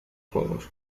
juegos